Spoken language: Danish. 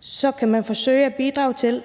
så kan man forsøge at bidrage til,